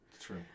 True